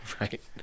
Right